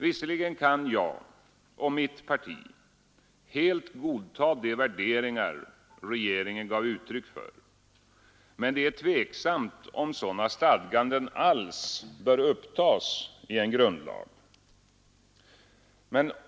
Visserligen kan jag och mitt parti helt godta de värderingar regeringen gav uttryck för, men det är tveksamt, om sådana stadganden alls bör upptas i en grundlag.